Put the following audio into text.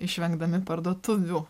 išvengdami parduotuvių